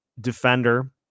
defender